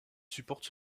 supporte